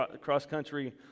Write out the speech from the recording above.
cross-country